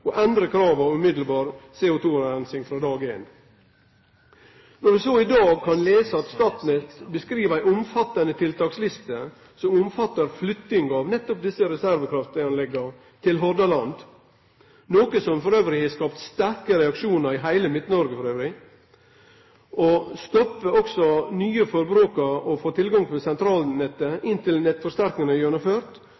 og endre krava om umiddelbar CO2-reinsing frå dag éin. Når vi så i dag kan lese at Statnett beskriv ei omfattande tiltaksliste som omfattar flytting av nettopp desse reservekraftanlegga til Hordaland, noko som har skapt sterke reaksjonar i heile Midt-Noreg, og at dei vil stoppe at nye forbrukarar får tilgang til sentralnettet